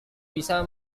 bisa